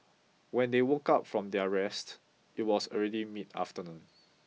when they woke up from their rest it was already mid afternoon